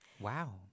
Wow